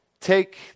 take